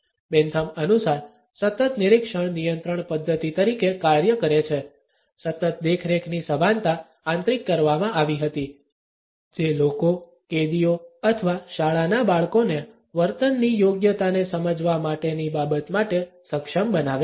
Bentham અનુસાર સતત નિરીક્ષણ નિયંત્રણ પદ્ધતિ તરીકે કાર્ય કરે છે સતત દેખરેખની સભાનતા આંતરિક કરવામાં આવી હતી જે લોકો કેદીઓ અથવા શાળાના બાળકોને વર્તનની યોગ્યતાને સમજવા માટેની બાબત માટે સક્ષમ બનાવે છે